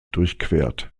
durchquert